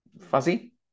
Fuzzy